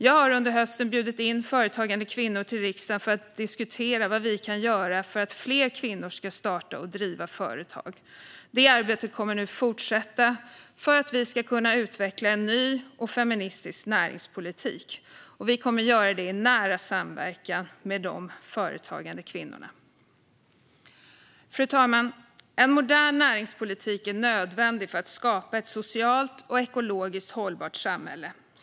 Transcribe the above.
Jag har under hösten bjudit in företagande kvinnor till riksdagen för att diskutera vad vi kan göra för att fler kvinnor ska starta och driva företag. Detta arbete kommer nu att fortsätta för att vi ska kunna utveckla en ny och feministisk näringspolitik. Vi kommer att göra det i nära samverkan med de företagande kvinnorna. Fru talman! En modern näringspolitik är nödvändig för att skapa ett socialt och ekologiskt hållbart samhälle.